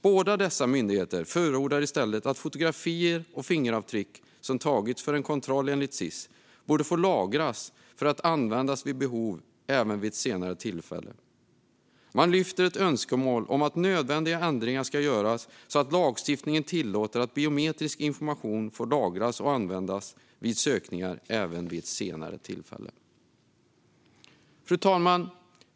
Båda dessa myndigheter förordar i stället att fotografier och fingeravtryck som tagits för en kontroll enligt SIS borde få lagras för att vid behov användas även vid ett senare tillfälle. Man lyfter fram ett önskemål om att nödvändiga ändringar ska göras så att lagstiftningen tillåter att biometrisk information får lagras och användas vid sökningar även vid ett senare tillfälle. Fru talman!